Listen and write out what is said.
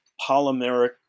polymeric